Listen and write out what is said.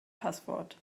passwort